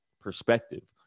perspective